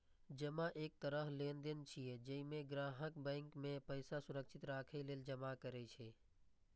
जमा एक तरह लेनदेन छियै, जइमे ग्राहक बैंक मे पैसा सुरक्षित राखै लेल जमा करै छै